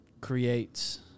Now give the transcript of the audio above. creates